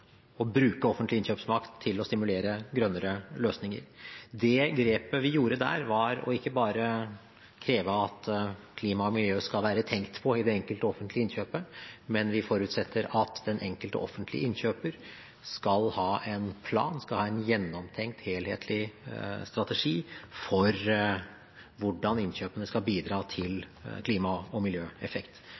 å bruke offentlig innkjøpsmakt til å stimulere grønnere løsninger. Det grepet vi gjorde der, var ikke bare å kreve at klima og miljø skal være tenkt på i det enkelte offentlige innkjøpet, men vi forutsetter at den enkelte offentlige innkjøper skal ha en plan, skal ha en gjennomtenkt helhetlig strategi for hvordan innkjøpene skal bidra til klima- og miljøeffekt.